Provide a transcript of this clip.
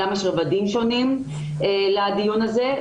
גם יש רבדים שונים לדיון הזה,